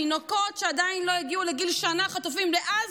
תינוקות שעדיין לא הגיעו לגיל שנה חטופים בעזה,